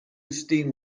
steam